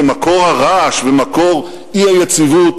שמקור הרעש ומקור האי-יציבות